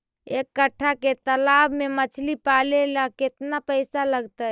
एक कट्ठा के तालाब में मछली पाले ल केतना पैसा लगतै?